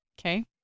Okay